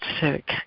sick